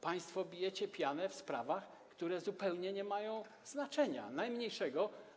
Państwo bijecie pianę w sprawach, które zupełnie nie mają znaczenia, najmniejszego.